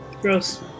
Gross